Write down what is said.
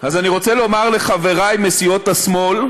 אז אני רוצה לומר לחברי מסיעות השמאל,